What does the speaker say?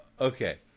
Okay